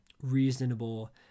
reasonable